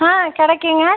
ஆ கிடைக்குங்க